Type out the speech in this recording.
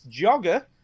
jogger